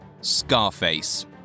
Scarface